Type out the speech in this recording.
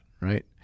right